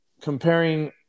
comparing